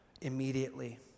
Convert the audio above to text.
immediately